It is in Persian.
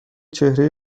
چهره